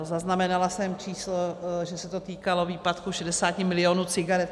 Zaznamenala jsem číslo, že se to týkalo výpadku 60 milionů cigaret.